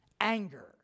anger